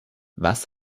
was